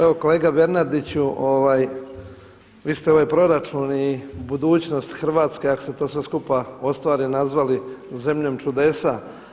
Evo kolega Bernardiću, vi ste ovaj proračun i budućnost Hrvatske jer ako se to sve skupa ostvari nazvali zemljom čudesa.